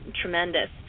tremendous